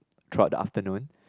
throughout the afternoon